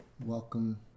Welcome